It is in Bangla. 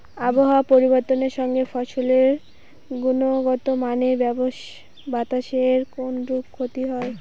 আবহাওয়ার পরিবর্তনের সঙ্গে ফসলের গুণগতমানের বাতাসের কোনরূপ ক্ষতি হয়?